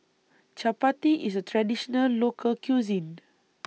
Chappati IS A Traditional Local Cuisine